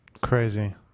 Crazy